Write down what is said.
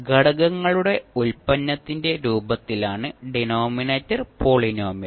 ഘടകങ്ങളുടെ ഉൽപ്പന്നത്തിന്റെ രൂപത്തിലാണ് ഡിനോമിനേറ്റർ പോളിനോമിയൽ